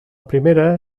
primera